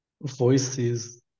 voices